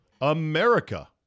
America